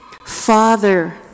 Father